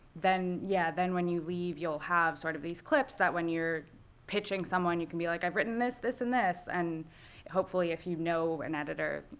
then yeah, then when you leave, you'll have sort of these clips that when you're pitching someone, you can be like, i've written this, this, and this. and hopefully, if you know an editor,